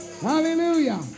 Hallelujah